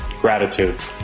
gratitude